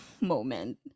moment